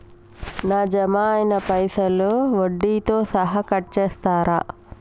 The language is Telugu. నా జమ అయినా పైసల్ వడ్డీతో సహా కట్ చేస్తరా?